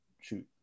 shoot